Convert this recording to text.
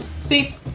See